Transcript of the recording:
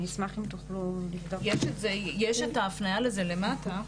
אני אשמח אם תוכלו --- יש את ההפניה לזה למטה.